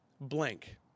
blank